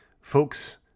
folks